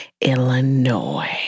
Illinois